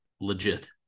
legit